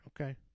okay